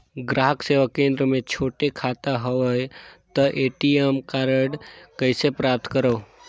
ग्राहक सेवा केंद्र मे छोटे खाता हवय त ए.टी.एम कारड कइसे प्राप्त करव?